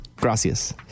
Gracias